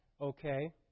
okay